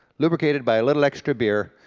lubricated by a little extra beer,